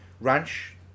ranch